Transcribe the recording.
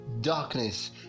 darkness